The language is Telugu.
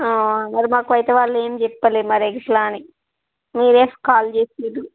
మరి మాకు బయట వాళ్ళు ఏమి చెప్పలేదు మరి ఎట్లా అని మీరే కాల్ చేసిర్రు